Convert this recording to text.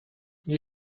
nie